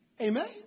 Amen